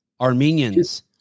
Armenians